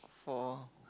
for